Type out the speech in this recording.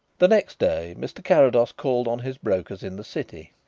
the next day mr. carrados called on his brokers in the city.